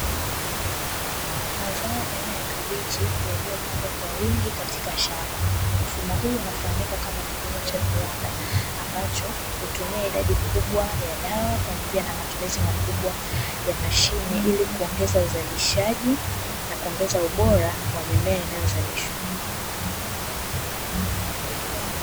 Mazao aina ya kabichi yaliyopandwa kwa wingi katika shamba, mfumo huu unafahamika kama kilimo cha viwanda amacho hutumia idadi kubwa ya dawa, pamoja na matumizi makubwa ya mashine ili kuongeza uzalishaji na kuongeza ubora wa mimea inayozalishwa.